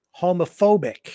homophobic